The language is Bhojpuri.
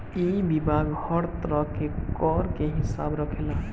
इ विभाग हर तरह के कर के हिसाब रखेला